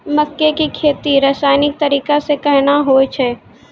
मक्के की खेती रसायनिक तरीका से कहना हुआ छ?